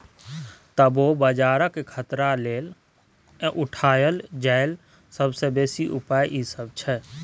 तबो बजारक खतरा लेल उठायल जाईल सबसे बेसी उपाय ई सब छै